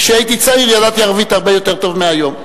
וכשהייתי צעיר ידעתי ערבית הרבה יותר טוב מהיום.